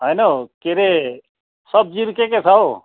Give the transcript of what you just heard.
होइन हौ के अरे सब्जीहरू के के छ हौ